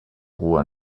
ruhe